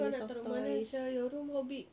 kau nak taruh mana sia your room how big